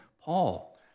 Paul